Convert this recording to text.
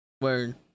Word